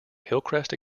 hillcrest